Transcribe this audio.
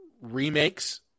remakes